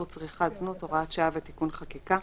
צריכת זנות (הוראת שעה ותיקון חקיקה),